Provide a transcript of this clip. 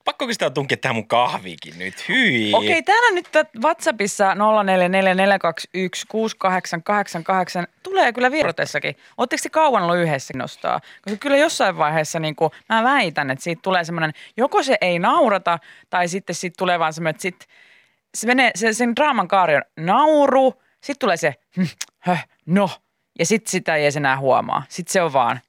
Pakko oikeastaan tunkea tähän mun kahviikin nyt. Hyi. Okei, täällä nyt tät- WhatsAppissa 0444216888. Tulee kyllä vieroteessakin. Ootteko te kauan ollut yhdessä? Kiinnostaa. Koska kyllä jossain vaiheessa niinku- mä väitän, että siitä tulee semmoinen- joko se ei naurata, tai sitten siitä tulee vaan semmoinen, että sit se menee- se- sen draaman kaari on nauru, sit tulee se, no. Ja sit sitä ei enää huomaa. Sit se on vaan-